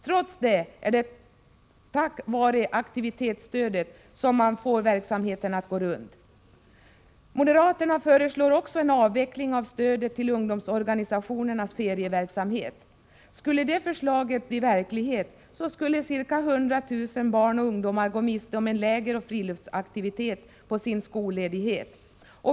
Trots detta är det tack vare aktivitetstödet som man får verksamheten att gå runt. Moderaterna föreslår också en avveckling av stödet till ungdomsorganisationernas ferieverksamhet. Skulle detta förslag bli verklighet skulle ca 100 000 barn och ungdomar gå miste om en lägeroch friluftsaktivitet under sin skolledighet.